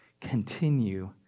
continue